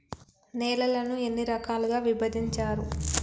నేలలను ఎన్ని రకాలుగా విభజించారు?